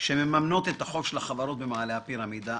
שמממנות את החוב של החברות במעלה הפירמידה,